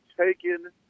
taken